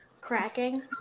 Cracking